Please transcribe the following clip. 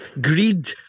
greed